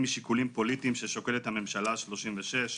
משיקולים פוליטיים ששוקלת הממשלה ה-36.